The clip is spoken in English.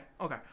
Okay